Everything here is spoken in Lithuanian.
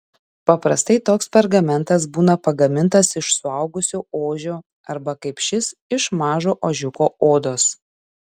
paprastai toks pergamentas būna pagamintas iš suaugusio ožio arba kaip šis iš mažo ožiuko odos